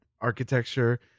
architecture